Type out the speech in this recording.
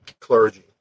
clergy